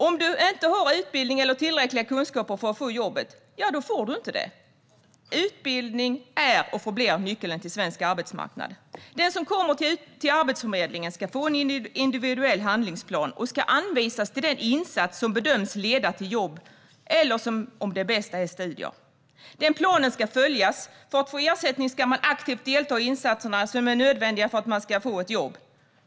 Om du inte har utbildning eller tillräckliga kunskaper för ett jobb får du det inte. Utbildning är och förblir nyckeln till svensk arbetsmarknad. Den som kommer till Arbetsförmedlingen ska få en individuell handlingsplan och anvisas till den insats som bedöms leda till jobb eller, om det är det bästa, studier. Den planen ska följas. För att få ersättning ska man aktivt delta i de insatser som är nödvändiga för att man ska få ett jobb.